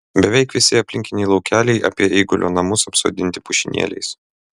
beveik visi aplinkiniai laukeliai apie eigulio namus apsodinti pušynėliais